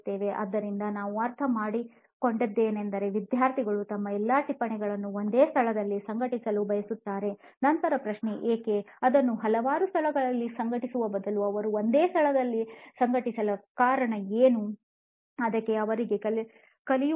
ಆದ್ದರಿಂದ ನಾವು ಅರ್ಥಮಾಡಿಕೊಂಡದ್ದೇನೆಂದರೆ ವಿದ್ಯಾರ್ಥಿಗಳು ತಮ್ಮ ಎಲ್ಲಾ ಟಿಪ್ಪಣಿಗಳನ್ನು ಒಂದೇ ಸ್ಥಳದಲ್ಲಿ ಸಂಘಟಿಸಲು ಬಯಸುತ್ತಾರೆ ನಂತರ ಪ್ರಶ್ನೆ ಏಕೆ ಅದನ್ನು ಹಲವಾರು ಸ್ಥಳಗಳಲ್ಲಿ ಸಂಘಟಿಸುವ ಬದಲು ಅವರು ಒಂದೇ ಸ್ಥಳದಲ್ಲಿ ಸಂಘಟಿಸಲು ಏಕೆ ಬಯಸುತ್ತಾರೆ